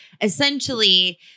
essentially